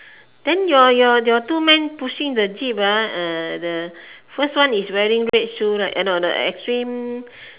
then your your your two man pushing the jeep ah uh the first one is wearing red shoe right eh no no extreme